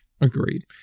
Agreed